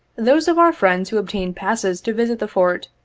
those of our friends who obtained passes to visit the fort,